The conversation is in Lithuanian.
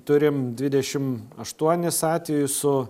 turim dvidešimt aštuonis atvejus su